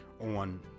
on